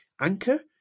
Anchor